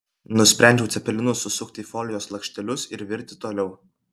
nusprendžiau cepelinus susukti į folijos lakštelius ir virti toliau